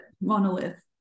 monolith